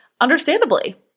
understandably